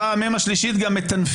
באה המ"ם השלישית גם מטנפים.